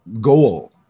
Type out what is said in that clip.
goal